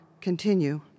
continue